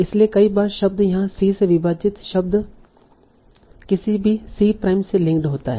इसलिए कई बार शब्द यहाँ c से विभाजित शब्द किसी भी c प्राइम से लिंक होता है